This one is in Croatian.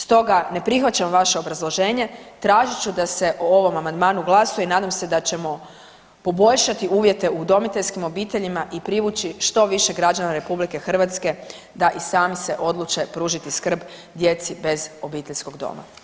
Stoga ne prihvaćam vaše obrazloženje, tražit ću da se o ovom amandmanu glasuje i nadam se da ćemo poboljšati uvjete u udomiteljskim obiteljima i privući što više građana RH da i sami se odluče pružiti skrb djeci bez obiteljskog doma.